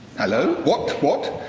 hallo, what, what,